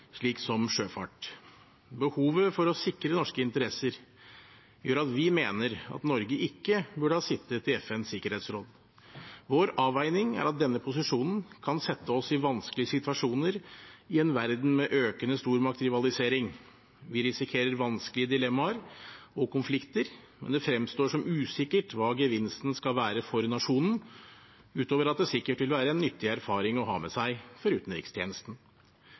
slik som sjøfart. Behovet for å sikre norske interesser gjør at vi mener at Norge ikke burde ha sittet i FNs sikkerhetsråd. Vår avveining er at denne posisjonen kan sette oss i vanskelige situasjoner i en verden med økende stormaktrivalisering. Vi risikerer vanskelige dilemmaer og konflikter, og det fremstår som usikkert hva gevinsten skal være for nasjonen, utover at det sikkert vil være en nyttig erfaring å ha med seg for utenrikstjenesten.